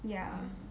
ya